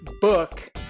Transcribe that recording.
book